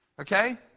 Okay